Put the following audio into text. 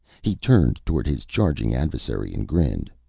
he turned toward his charging adversary and grinned.